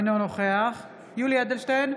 אינו נוכח יולי יואל אדלשטיין,